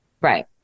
Right